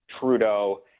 Trudeau